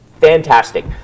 fantastic